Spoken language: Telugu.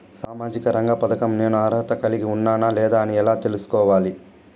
సామాజిక రంగ పథకం నేను అర్హత కలిగి ఉన్నానా లేదా అని ఎలా తెల్సుకోవాలి?